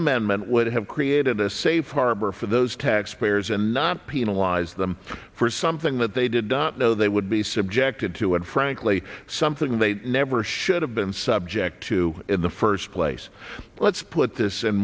amendment would have created a safe harbor for those taxpayers and not penalize them for something that they did not know they would be subjected to and frankly something they never should have been subject to in the first place let's put this and